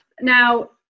Now